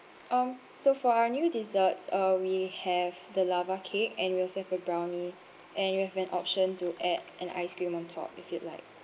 um so for our new desserts uh we have the lava cake and we also have the brownie and you have an option to add an ice cream on top if you'd like